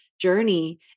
journey